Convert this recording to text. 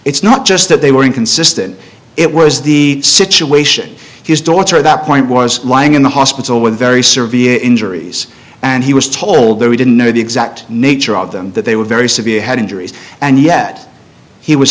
it's not just that they were inconsistent it was the situation his daughter at that point was lying in the hospital with very servia injuries and he was told that he didn't know the exact nature of them that they were very severe head injuries and yet he was